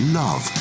love